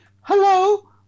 Hello